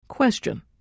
Question